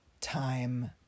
time